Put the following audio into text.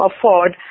afford